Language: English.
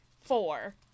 four